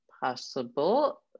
Possible